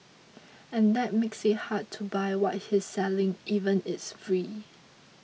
and that makes it hard to buy what he's selling even it's free